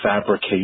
fabricate